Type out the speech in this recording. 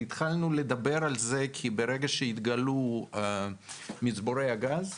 התחלנו לדבר על זה כי ברגע שהתגלו מצבורי הגז,